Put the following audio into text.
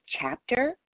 chapter